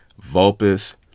Vulpes